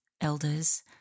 Elders